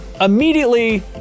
immediately